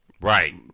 Right